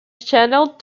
channeled